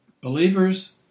believers